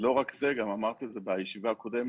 לא רק זה, גם אמרתי בישיבה הקודמת,